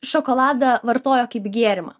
šokoladą vartojo kaip gėrimą